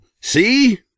See